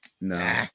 No